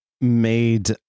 made